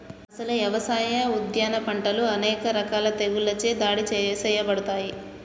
అసలు యవసాయ, ఉద్యాన పంటలు అనేక రకాల తెగుళ్ళచే దాడి సేయబడతాయి